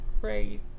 great